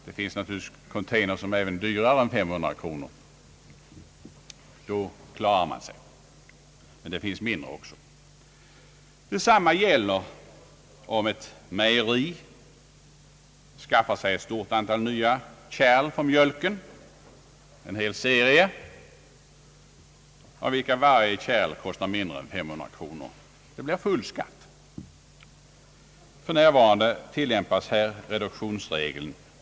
Det finns naturligtvis containers som är dyrare än 500 kronor, och då klarar man sig, men det finns också mindre och billigare. Detsamma gäller för t.ex. ett mejeri, som skaffar sig ett stort antal nya kärl för mjölken, en hel serie, där varje kärl kostar mindre än 500 kronor. I det fallet blir det också full skatt. För närvarande tillämpas i sådana fall reduktionsregeln.